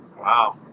Wow